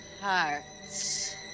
hearts